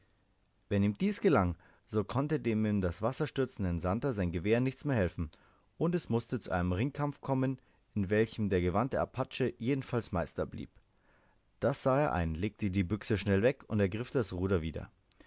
wenn ihm dies gelang so konnte dem in das wasser stürzenden santer sein gewehr nichts mehr helfen und es mußte zu einem ringkampf kommen in welchem der gewandte apache jedenfalls meister blieb das sah er ein legte die büchse schnell weg und ergriff das ruder wieder